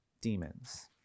demons